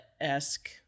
esque